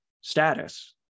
status